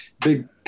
big